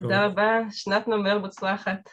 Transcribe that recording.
תודה רבה, שנת נמר מוצלחת.